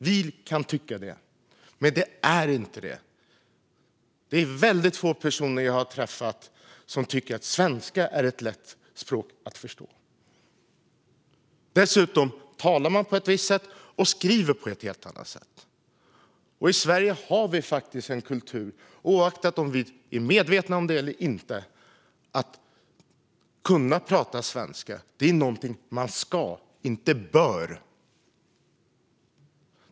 Vi kan tycka det, men det är inte det. Jag har träffat väldigt få personer som tycker att svenska är ett lätt språk att förstå. Dessutom talar man på ett visst sätt och skriver på ett helt annat sätt. I Sverige har vi en kultur, oavsett om vi är medvetna om det eller inte, av att prata svenska är någonting man ska kunna, inte bör kunna.